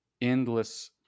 endless